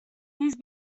these